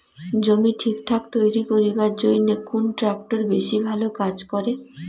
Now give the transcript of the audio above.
জমি ঠিকঠাক তৈরি করিবার জইন্যে কুন ট্রাক্টর বেশি ভালো কাজ করে?